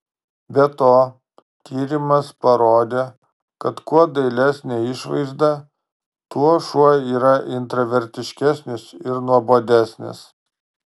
be to tyrimas parodė kad kuo dailesnė išvaizda tuo šuo yra intravertiškesnis ir nuobodesnis